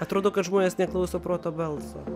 atrodo kad žmonės neklauso proto balso